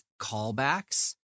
callbacks